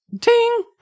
Ting